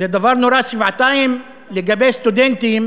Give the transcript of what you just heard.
זה דבר נורא שבעתיים לגבי סטודנטים